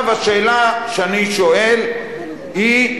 עכשיו השאלה שאני שואל היא,